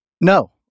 No